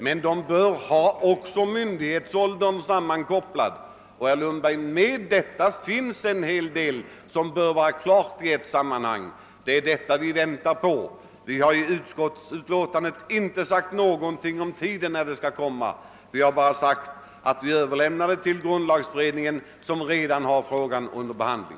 Myndighetsåldern bör emellertid vara sammankopplad med rösträttsåldern. En hel del frågor måste därför lösas samtidigt och det är dessa lösningar vi väntar på. Vi har i utskottsutlåtandet inte sagt någonting om tidpunkten — vi har bara sagt att frågan bör överlämnas till grundlagberedningen, som redan sysslar med dylika ting.